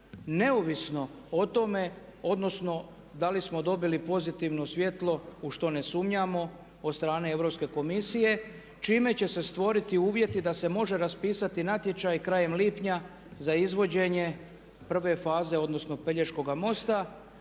neovisno o tome odnosno da li smo dobili pozitivno svjetlo u što ne sumnjamo od strane Europske komisije čime će se stvoriti uvjeti da se može raspisati natječaj krajem lipnja za izvođenje prve faze odnosno Pelješkoga mosta.